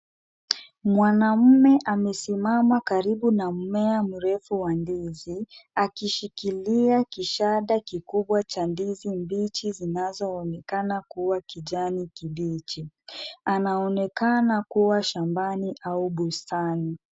Mwanamme amesimama karibu na mmea mrefu wa ndizi, akishikilia kishanda kikubwa cha ndizi mbichi zinazoonekana kuwa kijani kibichi. Anaonekana kuwa shambani au bustani.